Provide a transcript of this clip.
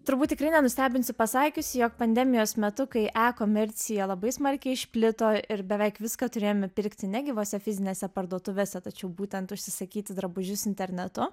turbūt tikrai nenustebinsiu pasakiusi jog pandemijos metu kai e komercija labai smarkiai išplito ir beveik viską turėjome pirkti ne gyvose fizinėse parduotuvėse tačiau būtent užsisakyti drabužius internetu